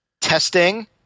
Testing